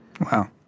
Wow